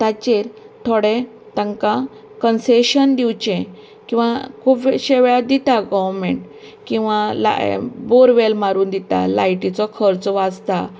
ताचेर थोडें तांका कन्सेशन दिवचें किंवां खुबशें वेळार ती दिता गवर्नमेंन्ट किंवां लाय बोर व्हेल मारून दिता लायटिचो खर्च वाचता